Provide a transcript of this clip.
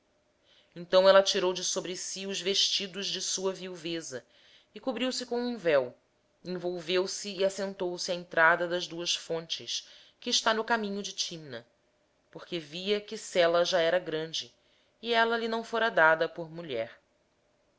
então ela se despiu dos vestidos da sua viuvez e se cobriu com o véu e assim envolvida assentou-se à porta de enaim que está no caminho de timnate porque via que selá já era homem e ela lhe não fora dada por mulher